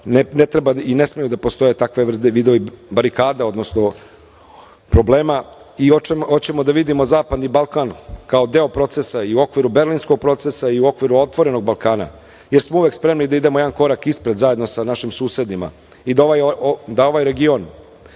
ne treba i ne smeju da postoje takvi vidovi barikada, odnosno problema i hoćemo da vidimo Zapadni Balkan kao deo procesa i u okviru Berlinskog procesa i u okviru Otvorenog Balkana, jer smo uvek spremni da idemo jedan korak ispred zajedno sa našim susedima i da ovaj region,